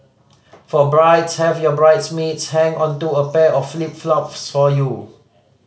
for brides have your bridesmaids hang onto a pair of flip flops for you